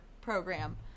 program